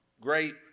great